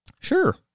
Sure